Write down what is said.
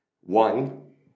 One